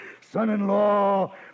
son-in-law